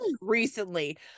recently